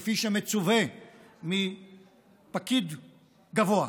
כפי שמצופה מפקיד גבוה.